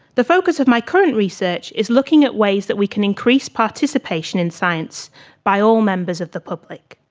the focus of my current research is looking at ways that we can increase participation in science by all members of the public.